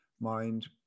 mind